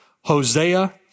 Hosea